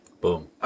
Boom